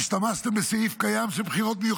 השתמשתם בסעיף מיוחד קיים של בחירות,